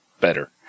Better